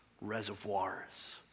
reservoirs